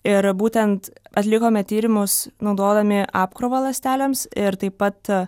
ir būtent atlikome tyrimus naudodami apkrovą ląstelėms ir taip pat